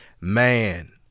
Man